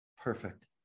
Perfect